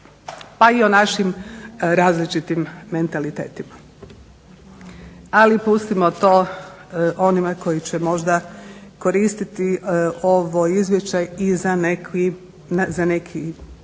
pa i o našim različitim mentalitetima. Ali pustimo to onima koji će možda koristiti ovo izvješće i za neku